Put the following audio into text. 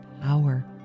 power